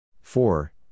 four